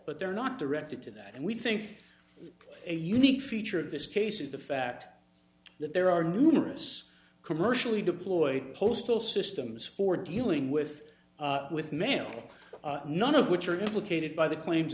but they're not directed to that and we think a unique feature of this case is the fact that there are numerous commercially deployed postal systems for dealing with with mail none of which are implicated by the claims